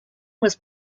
was